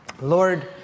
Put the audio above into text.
Lord